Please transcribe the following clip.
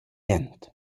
jent